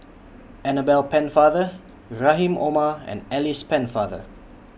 Annabel Pennefather Rahim Omar and Alice Pennefather